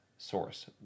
source